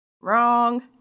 Wrong